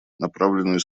направленную